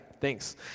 thanks